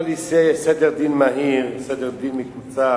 מה לי סדר דין מהיר, סדר דין מקוצר,